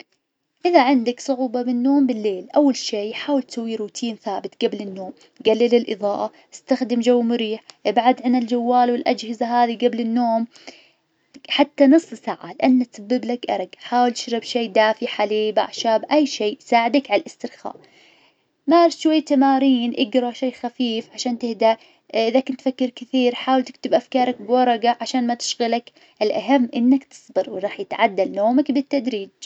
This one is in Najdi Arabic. إذا عندك صعوبة بالنوم بالليل أول شي حاول تسوي روتين ثابت قبل النوم قلل الإظاءة استخدم جو مريح ابعد عن الجوال والأجهزة هذي قبل النوم حتى نص ساعة لأنه تسبب لك أرق، حاول تشرب شاي دافي حليب أعشاب أي شي يساعدك عالاسترخاء. بعد شوية تمارين اقرا شي خفيف عشان تهدأ. إذا كنت تفكر كثير حاول تكتب أفكارك بورقة عشان ما تشغلك، الأهم إنك تصبر وراح يتعدل نومك بالتدريج.